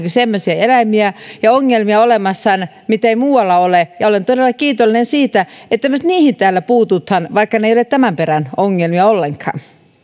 semmoisia eläimiä ja ongelmia olemassa mitä ei muualla ole olen todella kiitollinen siitä että myös niihin täällä puututaan vaikka ne eivät ole tämän perän ongelmia ollenkaan